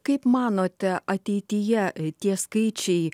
kaip manote ateityje tie skaičiai